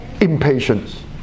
Impatience